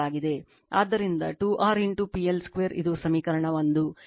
ಆದ್ದರಿಂದ 2 R PL2 ಇದು ಸಮೀಕರಣ 1